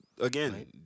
again